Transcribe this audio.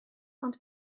ond